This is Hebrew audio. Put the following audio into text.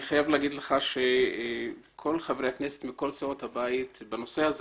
אני חייב לומר לך שכל חברי הכנסת מכל סיעות הבית בנושא הזה